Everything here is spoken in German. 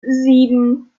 sieben